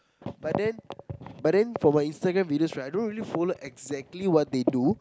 but then but then from a Instagram videos right I don't really follow exactly what they do